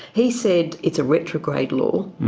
he said it's a retrograde law.